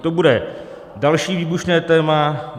To bude další výbušné téma.